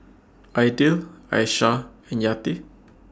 Aidil Aisyah and Yati